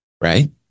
right